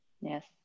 Yes